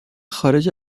خارج